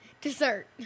Dessert